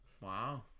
Wow